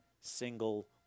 single